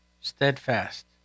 steadfast